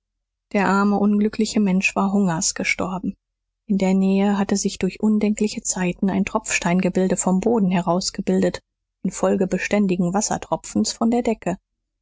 der arme unglückliche mensch war hungers gestorben in der nähe hatte sich durch undenkliche zeiten ein tropfsteingebilde vom boden herausgebildet infolge beständigen wassertropfens von der decke